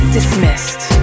Dismissed